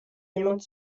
jemand